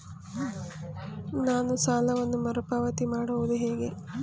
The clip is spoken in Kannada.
ನಾನು ಸಾಲವನ್ನು ಮರುಪಾವತಿ ಮಾಡುವುದು ಹೇಗೆ?